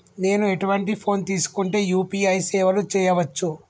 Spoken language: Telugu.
నేను ఎటువంటి ఫోన్ తీసుకుంటే యూ.పీ.ఐ సేవలు చేయవచ్చు?